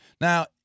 Now